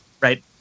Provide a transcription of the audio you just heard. right